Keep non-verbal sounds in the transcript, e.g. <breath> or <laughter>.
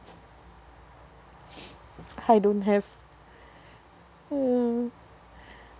<breath> I don't have uh